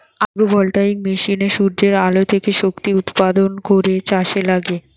agro voltaic মেশিনে সূর্যের আলো থেকে শক্তি উৎপাদন করে চাষে লাগে